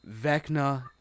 Vecna